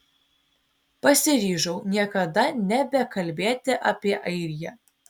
pasiryžau niekada nebekalbėti apie airiją